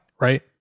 right